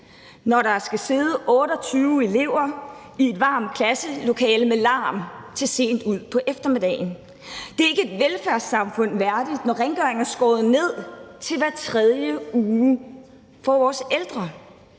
når der skal sidde 28 elever i et varmt klasselokale med larm til sent ud på eftermiddagen; det er ikke et velfærdssamfund værdigt, når rengøringen er skåret ned til hver tredje uge for vores ældre.